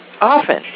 often